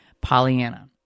Pollyanna